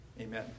amen